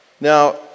Now